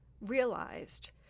realized